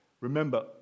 Remember